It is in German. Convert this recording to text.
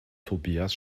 tobias